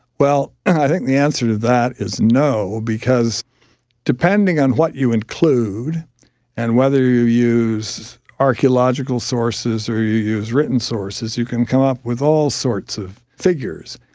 well, i think the answer to that is no because depending on what you include and whether you use archaeological sources or you use written sources, you can come up with all sorts of figures.